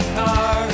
car